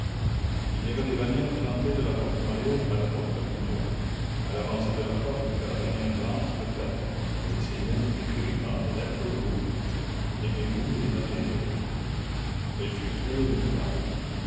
il y avait des bannières plantées de la porte maillot à la porte bineau à l'avancée de la porte était la bannière blanche de paix avec ces mots écrits en lettres rouges aimez-vous les uns les autres elle fut trouée de mitraille